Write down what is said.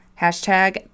Hashtag